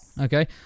Okay